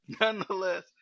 Nonetheless